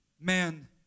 Man